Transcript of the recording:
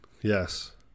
Yes